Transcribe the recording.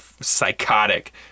psychotic